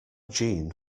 jeanne